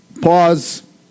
Pause